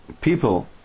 people